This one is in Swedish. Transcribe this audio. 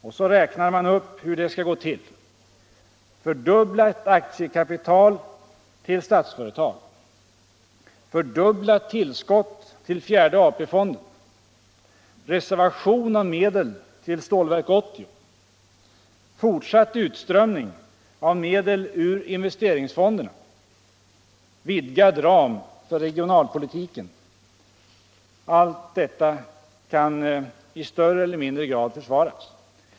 Och så räknar man upp hur det skall gå till: Allt detta kan i större eller mindre grad försvaras.